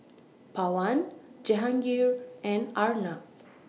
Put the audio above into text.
Pawan Jehangirr and Arnab